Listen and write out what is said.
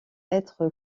être